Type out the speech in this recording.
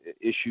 issue